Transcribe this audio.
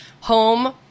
home